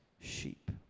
sheep